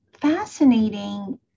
fascinating